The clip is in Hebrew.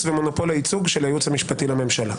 ומונופול הייעוץ של הייעוץ המשפטי לממשלה.